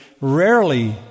rarely